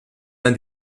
l’un